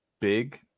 big